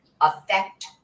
affect